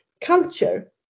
culture